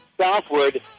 southward